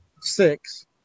six